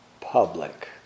public